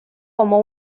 como